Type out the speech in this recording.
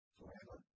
forever